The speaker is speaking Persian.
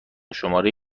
شماره